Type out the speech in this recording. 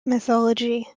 mythology